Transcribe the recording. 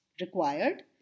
required